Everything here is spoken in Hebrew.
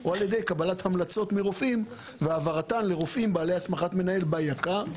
או על-ידי קבלת המלצות מרופאים והעברתן לרופאים בעלי הסמכת מנהל ביק"ר,